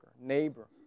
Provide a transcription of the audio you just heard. neighbor